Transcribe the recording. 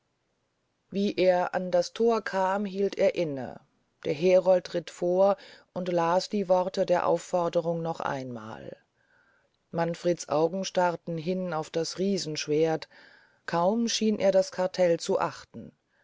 wie er an das thor kam hielt er inne der herold ritt vor und laß die worte der aufforderung noch einmal manfreds augen starrten hin auf das riesenschwerd kaum schien er das cartel zu achten